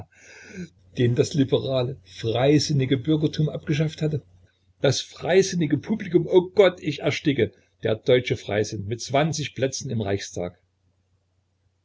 den das liberale freisinnige bürgertum abgeschafft hatte das freisinnige publikum o gott ich ersticke der deutsche freisinn mit zwanzig plätzen im reichstag